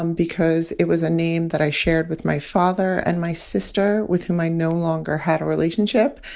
um because it was a name that i shared with my father and my sister with whom i no longer had a relationship,